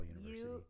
University